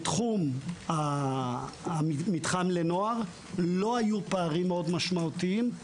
בתחום המתחם לנוער לא היו פערים מאוד משמעותיים.